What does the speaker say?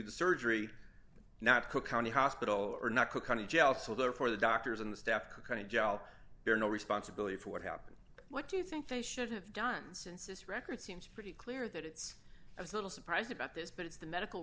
the surgery not cook county hospital or not cook county jail so therefore the doctors and the staff could kind of gel their no responsibility for what happened what do you think they should have done since this record seems pretty clear that it's a little surprised about this but it's the medical